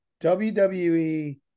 WWE